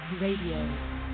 Radio